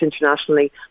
internationally